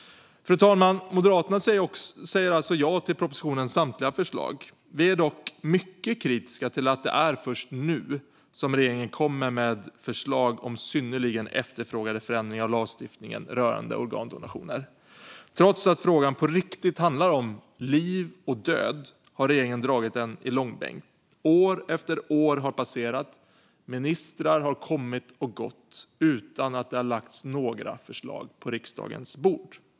Fru talman! Moderaterna säger ja till propositionens samtliga förslag. Vi är dock mycket kritiska till att det är först nu som regeringen kommer med förslag till synnerligen efterfrågade förändringar av lagstiftningen rörande organdonationer. Trots att frågan på riktigt handlar om liv och död har regeringen dragit den i långbänk. År efter år har passerat och ministrar har kommit och gått utan att det lagts några förslag på riksdagens bord.